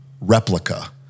replica